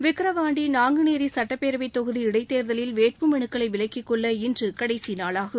விக்ரவாண்டி நாங்குநேரி சட்டப்பேரவைத் தொகுதி இடைத்தோ்தலில் வேட்புமனுக்க்ளை விலக்கிக் கொள்ள இன்று கடைசி நாளாகும்